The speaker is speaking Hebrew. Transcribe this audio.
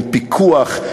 עם פיקוח,